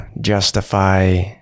justify